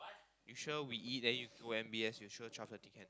you sure we eat then you go M_B_S you sure twelve thirty can